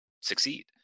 succeed